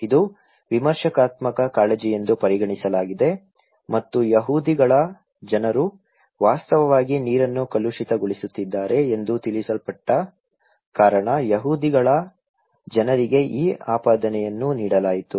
ಇದು ವಿಮರ್ಶಾತ್ಮಕ ಕಾಳಜಿಯೆಂದು ಪರಿಗಣಿಸಲಾಗಿದೆ ಮತ್ತು ಯಹೂದಿಗಳ ಜನರು ವಾಸ್ತವವಾಗಿ ನೀರನ್ನು ಕಲುಷಿತಗೊಳಿಸುತ್ತಿದ್ದಾರೆ ಎಂದು ತಿಳಿಸಲ್ಪಟ್ಟ ಕಾರಣ ಯಹೂದಿಗಳ ಜನರಿಗೆ ಈ ಆಪಾದನೆಯನ್ನು ನೀಡಲಾಯಿತು